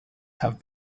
have